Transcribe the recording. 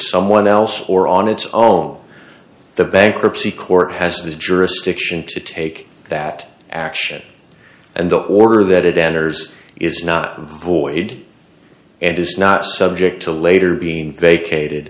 someone else or on its own the bankruptcy court has the jurisdiction to take that action and the order that it enters is not void and is not subject to later be vacated